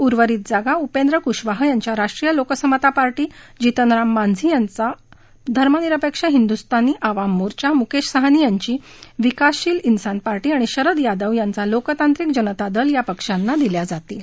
उर्वरित जागा उपेंद्र कुशवाह यांचा राष्ट्रीय लोकसमता पार्टी जितनराम मांझी यांचा धर्मनिरपेक्ष हिन्दुस्थानी आवाम मोर्चा मुकेश सहानी यांची विकासशील उसान पार्टी आणि शरद यादव यांचा लोकतांत्रिक जनता दल या पक्षांना दिल्या जातील